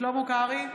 שלמה קרעי,